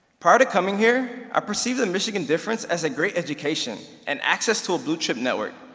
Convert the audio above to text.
prior to coming here, i perceived the michigan difference as a great education and access to a blue chip network.